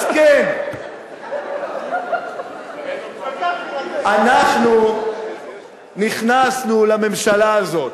אז כן, אנחנו נכנסנו לממשלה הזאת.